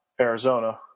Arizona